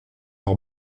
leur